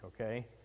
okay